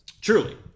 truly